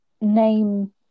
name